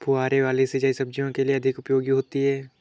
फुहारे वाली सिंचाई सब्जियों के लिए अधिक उपयोगी होती है?